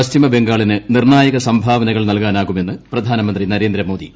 പശ്ചിമ ബംഗാളിന് നിർണായക സംഭാവനകൾ നൽകാനാകുമെന്ന് പ്രധാനമന്ത്രി നരേന്ദ്രമോദി